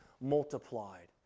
multiplied